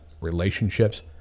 relationships